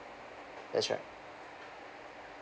that's right